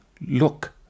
look